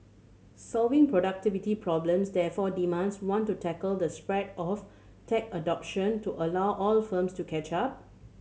solving productivity problems therefore demands one to tackle the spread of tech adoption to allow all firms to catch up